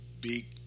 big